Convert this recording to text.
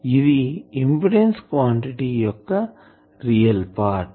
కాబట్టి ఇది impedance quantity యొక్క రియల్ పార్ట్